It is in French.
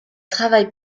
travaillent